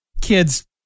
kids